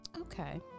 Okay